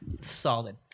solid